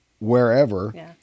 wherever